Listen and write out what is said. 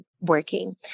working